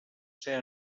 ser